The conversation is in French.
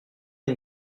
une